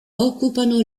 occupano